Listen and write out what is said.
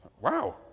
Wow